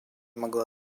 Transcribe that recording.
могла